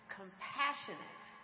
compassionate